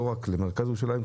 לא רק למרכז ירושלים,